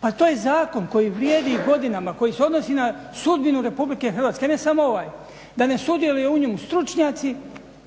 Pa to je zakon koji vrijedi godinama koji se odnosi na sudbinu RH, ne samo ovaj, da ne sudjeluje u njemu stručnjaci